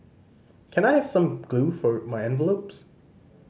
can I have some glue for my envelopes